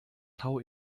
tau